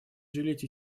жалеть